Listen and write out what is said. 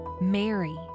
Mary